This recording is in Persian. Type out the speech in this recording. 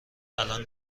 الان